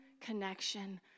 connection